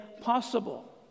possible